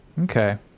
Okay